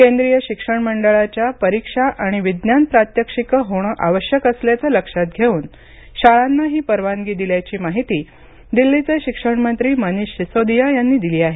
केंद्रिय शिक्षण मंडळाच्या परीक्षा आणि विज्ञान प्रात्यक्षिक होणं आवश्यक असल्याचं लक्षात घेऊन शाळांना ही परवानगी दिल्याची माहिती दिल्लीचे शिक्षण मंत्री मनिष सिसोदिया यांनी दिली आहे